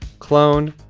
clone,